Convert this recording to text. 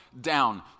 down